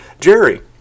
jerry